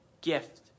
gift